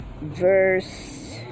Verse